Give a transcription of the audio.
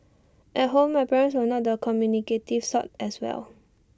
at home my parents were not the communicative sort as well